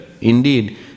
Indeed